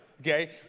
Okay